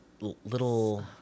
little